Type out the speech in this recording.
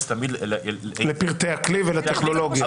תמיד --- לפרטי הכלי ולטכנולוגיה.